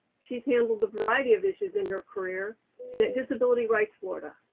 she's handled a variety of issues in her career and at disability rights florida.